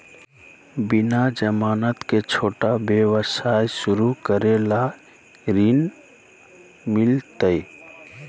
बिना जमानत के, छोटा व्यवसाय शुरू करे ला ऋण मिलतई?